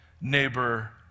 neighbor